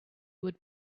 would